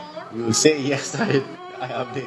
no no no no no no